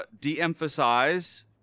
de-emphasize